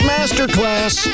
Masterclass